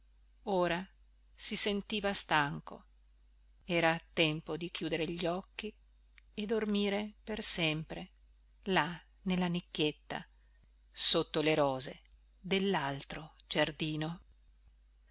ora si sentiva stanco era tempo di chiudere gli occhi e dormire per sempre là nella nicchietta sotto le rose dellaltro giardino